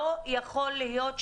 לא ייתכן,